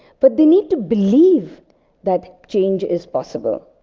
but they need to believe that change is possible.